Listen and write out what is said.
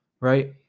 right